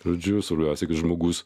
žodžiu svarbiausia kad žmogus